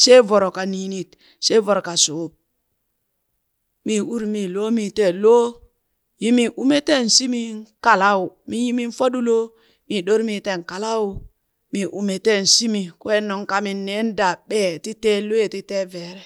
shee voro ka niinid shee voro ka shuub, mii uri mii loomii teen loo yi mii ume teen shimin kalua, min yi min fo ɗulo, mii ɗoremii teen kalua mi umetenshimi. kween nungkamin neen daa ɓee ti tee lwee ti tee veere.